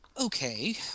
Okay